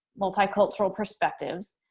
multicultural perspectives,